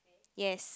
yes